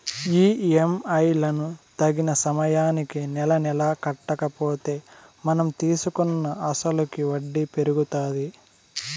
EMI లను తగిన సమయానికి నెలనెలా కట్టకపోతే మనం తీసుకున్న అసలుకి వడ్డీ పెరుగుతాది